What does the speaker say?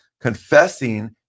confessing